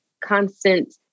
constant